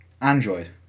Android